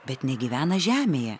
bet negyvena žemėje